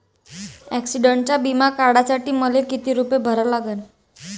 ॲक्सिडंटचा बिमा काढा साठी मले किती रूपे भरा लागन?